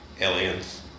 Aliens